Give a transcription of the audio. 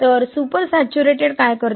तर super saturated काय करते